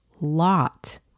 lot